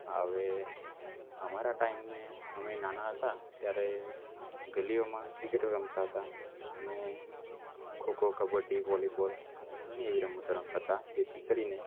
અવે અમારા ટાઈમે અમે નાના હતા ત્યારે ગલીઓમાં ક્રિકેટ રમતા હતા અને ખો ખો કબડ્ડી વોલી બોલ ઘણી એવી રમતો રમતાતા જેથી કરીને